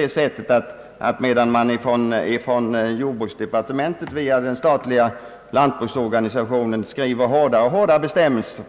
De facto är det nu så att medan man från jordbruksdepartementet via den statliga lantbruksorganisationen skriver hårdare och hårdare bestämmelser